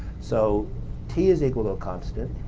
so t is equal to a constant.